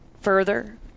further